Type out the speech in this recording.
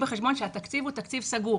בחשבון שהתקציב הוא תקציב סגור.